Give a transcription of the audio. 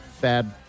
bad